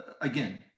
again